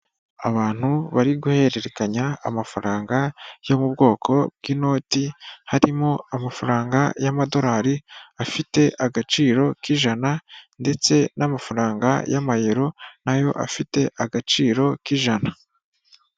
Abantu bari guhererekanya amafaranga yo mu bwoko bw'inoti, harimo amafaranga y'amadolari afite agaciro k'ijana ndetse n'amafaranga y'amayero nayo afite agaciro k'ijana.